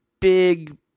big